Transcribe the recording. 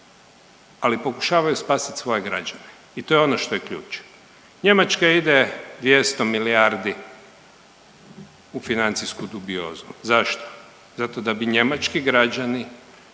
ali pokušavaju spasiti svoje građane. I to je ono što je ključ. Njemačka ide 200 milijardi u financijsku dubiozu? Zašto? Zato da bi njemački građani